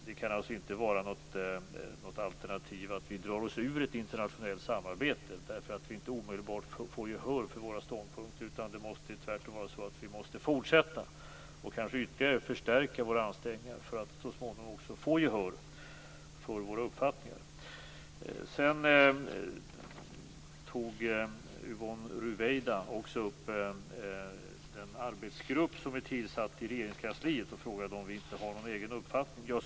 Det kan alltså inte vara något alternativ att vi drar oss ur ett internationellt samarbete därför att vi inte omedelbart får gehör för våra ståndpunkter. Tvärtom måste vi fortsätta och kanske ytterligare förstärka våra ansträngningar för att så småningom också få gehör för våra uppfattningar. Yvonne Ruwaida tog också upp den arbetsgrupp som är tillsatt i Regeringskansliet och frågade om vi inte har någon egen uppfattning.